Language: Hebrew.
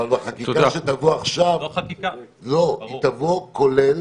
אבל, החקיקה שתבוא עכשיו תבוא כולל